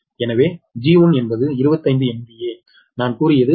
எனவே G1என்பது 25 MVA நான் கூறியது 6